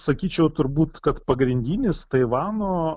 sakyčiau turbūt kad pagrindinis taivano